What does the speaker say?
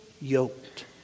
yoked